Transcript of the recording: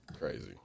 Crazy